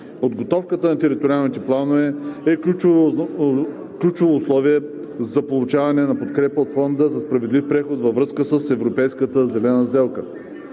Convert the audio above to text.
Подготовката на териториалните планове е ключово условие за получаване на подкрепа от Фонда за справедлив преход във връзка с европейската Зелена сделка.